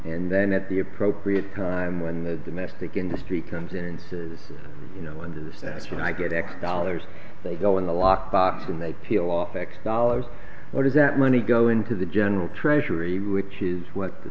and then at the appropriate time when the domestic industry comes in and says you know under the section i get x dollars they go in the lockbox and they peel off x dollars what does that money go into the general treasury which is what the